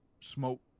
smoke